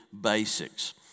basics